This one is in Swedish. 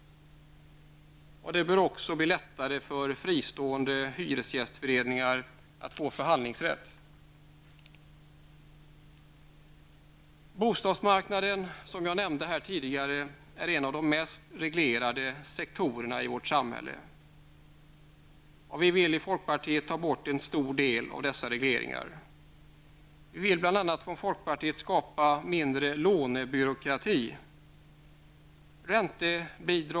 Det bör också bli lättare för fristående hyresgästföreningar att få förhandlingsrätt. Bostadsmarknaden, som jag nämnde tidigare, är en av de mest reglerade sektorerna i vårt samhälle. Vi i folkpartiet vill ta bort en stor del av dessa regleringar. Folkpartiet vill bl.a. skapa mindre lånebyråkrati.